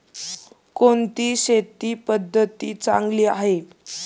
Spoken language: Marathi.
कोणती शेती पद्धती चांगली आहे?